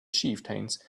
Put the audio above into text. chieftains